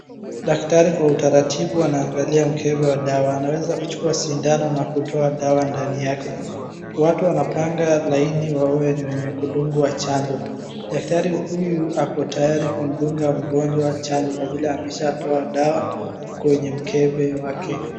Daktari kwa utaratibu anaangalia mkebe wa dawa. Anaweza kuchukua sindano na kutoa dawa ndani yake. Watu wanapanga laini wawe ni wenye kudungwa chanjo. Daktari huyu ako tayari kumdunga mgonjwa chanjo kwa vile ameshatoa dawa, kwenye mkebe wake.